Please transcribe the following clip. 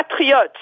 patriotes